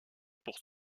pour